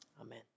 Amen